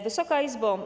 Wysoka Izbo!